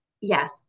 Yes